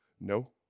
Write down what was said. No